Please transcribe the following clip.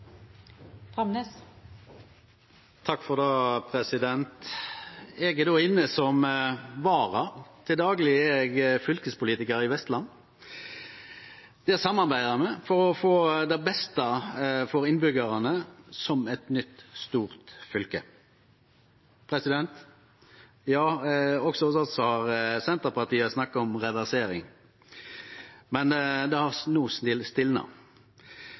beste for hele landet. Eg er inne som vara. Til dagleg er eg fylkespolitikar i Vestland, og der samarbeider me for å få det beste for innbyggjarane som eit nytt, stort fylke. Også hos oss har Senterpartiet snakka om reversering, men det har no stilna.